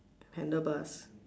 handle bus